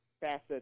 facets